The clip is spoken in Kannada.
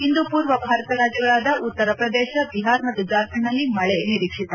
ಇಂದು ಪೂರ್ವ ಭಾರತ ರಾಜ್ಯಗಳಾದ ಉತ್ತರ ಪ್ರದೇಶ ಬಿಹಾರ್ ಮತ್ತು ಜಾರ್ಖಂಡ್ನಲ್ಲಿ ಮಳೆ ನಿರೀಕ್ಷಿತ